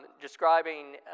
describing